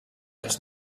els